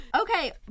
Okay